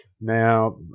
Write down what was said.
Now